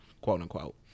quote-unquote